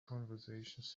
conversations